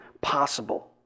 possible